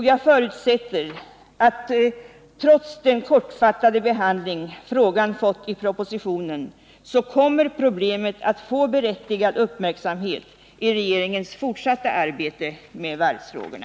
Jag förutsätter att trots den kortfattade behandling frågan fått i propositionen så kommer problemet att få berättigad uppmärksamhet i regeringens fortsatta arbete med varvsfrågorna.